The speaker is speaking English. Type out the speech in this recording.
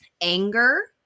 Anger